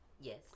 Yes